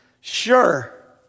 sure